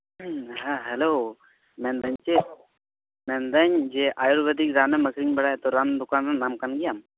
ᱦᱮᱸ ᱦᱮᱞᱳ ᱢᱮᱱᱫᱟᱹᱧ ᱪᱮᱫ ᱢᱮᱱᱫᱟᱹᱧ ᱡᱮ ᱟᱹᱭᱩᱨᱵᱮᱫᱤᱠ ᱨᱟᱱᱮᱢ ᱟᱹᱠᱷᱨᱤᱧ ᱵᱟᱲᱟᱭᱟ ᱛᱚ ᱨᱟᱱ ᱫᱚᱠᱟᱱ ᱟᱢ ᱠᱟᱱ ᱜᱮᱭᱟᱢ